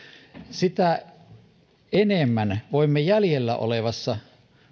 sitä enemmän voimme jäljellä olevassa